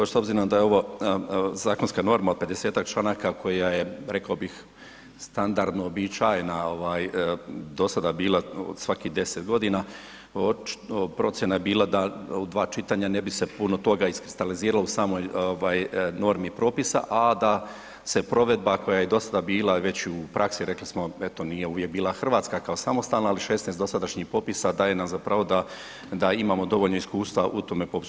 S obzirom da je ovo zakonska norma od 50-ak članaka koja je rekao bih standardno uobičajena do sada bila svakih 10 g., procjena je bila da u dva čitanja ne bi se puno toga iskristaliziralo u samoj normi propisa a da se provedba koja je do sada bila već u praksi, rekli smo eto, nije uvijek bila Hrvatska kao samostalna ali 6 dosadašnjih popisa daje nam za pravo da imamo dovoljno iskustva u tom popisu.